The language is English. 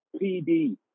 PD